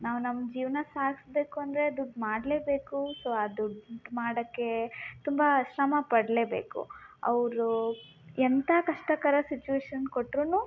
ನಾವು ನಮ್ಮ ಜೀವನ ಸಾಗಿಸ್ಬೇಕು ಅಂದರೆ ದುಡ್ಡು ಮಾಡಲೆಬೇಕು ಸೊ ಆ ದುಡ್ಡು ಮಾಡೋಕೆ ತುಂಬ ಶ್ರಮ ಪಡಲೆಬೇಕು ಅವರು ಎಂತ ಕಷ್ಟಕರ ಸಿಚುವೇಶನ್ ಕೊಟ್ಟರು